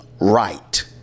Right